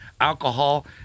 alcohol